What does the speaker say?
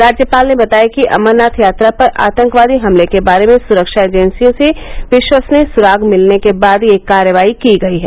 राज्यपाल ने बताया कि अमरनाथ यात्रा पर आतंकवादी हमले के बारे में सुरक्षा एजेंसियों से विश्वसनीय सुराग मिलने के बाद यह कार्रवाई की गई है